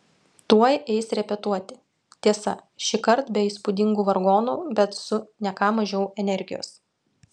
tuoj eis repetuoti tiesa šįkart be įspūdingų vargonų bet su ne ką mažiau energijos